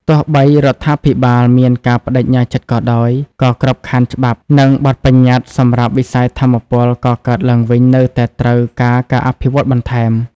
ទោះបីរដ្ឋាភិបាលមានការប្តេជ្ញាចិត្តក៏ដោយ ក៏ក្របខ័ណ្ឌច្បាប់ និងបទប្បញ្ញត្តិសម្រាប់វិស័យថាមពលកកើតឡើងវិញនៅតែត្រូវការការអភិវឌ្ឍបន្ថែម។